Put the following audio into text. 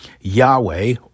Yahweh